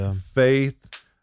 faith